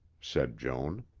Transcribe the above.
said joan.